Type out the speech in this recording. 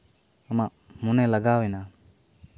ᱟᱢᱟᱜ ᱢᱚᱱᱮ ᱞᱟᱜᱟᱣᱮᱱᱟ